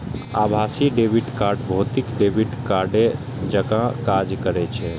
आभासी debit card भौतिक debit कार्डे जकां काज करै छै